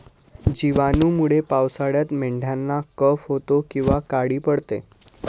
जिवाणूंमुळे पावसाळ्यात मेंढ्यांना कफ होतो किंवा काळी पडते